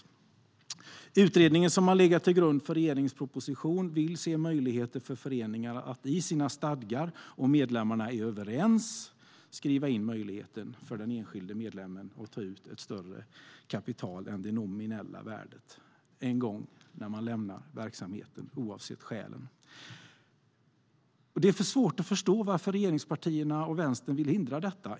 Den utredning som har legat till grund för regeringens proposition vill se möjligheter för föreningar att i sina stadgar - om medlemmarna är överens - skriva in möjligheten för den enskilde medlemmen att ta ut ett större kapital än det nominella värdet när man en gång lämnar verksamheten, oavsett skäl. Det är svårt att förstå varför regeringspartierna och Vänstern vill hindra detta.